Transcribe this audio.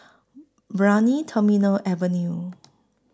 Brani Terminal Avenue